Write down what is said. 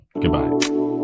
Goodbye